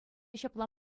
ҫапла